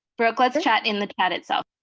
brooke, let's chat in the chat itself.